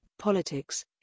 politics